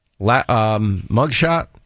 mugshot